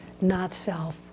not-self